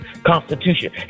Constitution